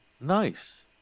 Nice